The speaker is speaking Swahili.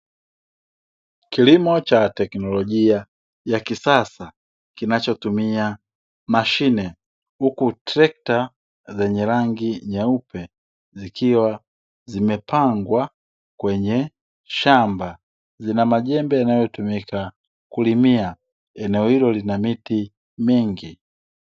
Kilimo cha teknolojia ya kisasa kinachotumia mashine, huku trekta zenye rangi nyeupe zikiwa zimepangwa kwenye shamba, zina majembe yanayotumika kulimia. Eneo hilo lina miti mingi.